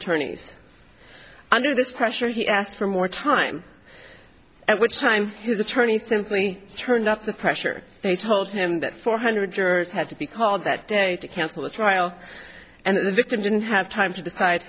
attorneys under this pressure he asked for more time and which time his attorney simply turned up the pressure they told him that four hundred jurors had to be called that day to cancel the trial and the victim didn't have time to decide